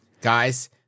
Guys